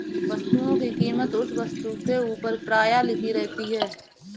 वस्तुओं की कीमत उस वस्तु के ऊपर प्रायः लिखी रहती है